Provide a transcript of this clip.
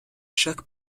chaque